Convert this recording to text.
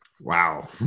Wow